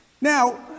Now